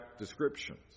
descriptions